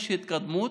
יש התקדמות.